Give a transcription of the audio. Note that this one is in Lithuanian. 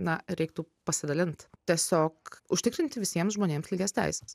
na reiktų pasidalint tiesiog užtikrinti visiems žmonėms lygias teises